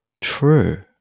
True